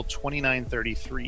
2933